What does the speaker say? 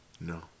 No